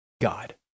God